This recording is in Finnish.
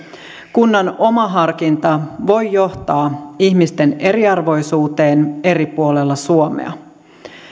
kunnan oma harkinta voi johtaa ihmisten eriarvoisuuteen eri puolilla suomea